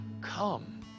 come